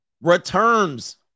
Returns